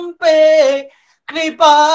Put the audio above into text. Kripa